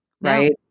Right